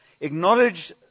Acknowledge